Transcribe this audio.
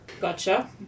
Gotcha